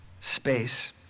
space